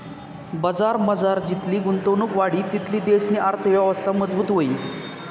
बजारमझार जितली गुंतवणुक वाढी तितली देशनी अर्थयवस्था मजबूत व्हयी